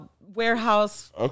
warehouse